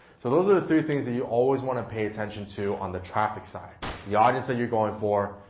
so those are the three things that you always always want to pay attention to on the traffic side the audience that you're going for,